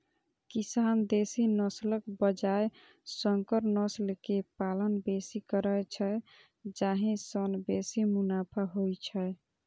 किसान देसी नस्लक बजाय संकर नस्ल के पालन बेसी करै छै, जाहि सं बेसी मुनाफा होइ छै